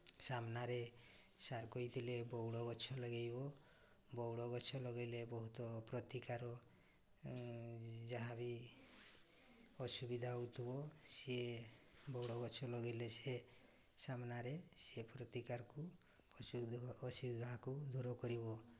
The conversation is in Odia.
ସାମ୍ନାରେ ସାର୍ କହିଥିଲେ ବଉଳ ଗଛ ଲଗାଇବ ବଉଳ ଗଛ ଲଗାଇଲେ ବହୁତ ପ୍ରତିକାର ଯାହାବି ଅସୁବିଧା ହେଉଥିବ ସେ ବଉଳ ଗଛ ଲଗାଇଲେ ସେ ସାମ୍ନାରେ ସେ ପ୍ରତିକାରକୁ ଅସୁବିଧାକୁ ଦୂର କରିବ